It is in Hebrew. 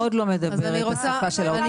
זה מאוד לא מדבר את השפה של האוטונומיה.